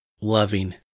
loving